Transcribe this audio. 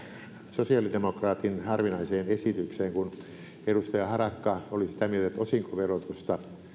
sosiaalidemokraatille harvinaiseen esitykseen kun edustaja harakka oli sitä mieltä että osinkoverotusta